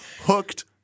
Hooked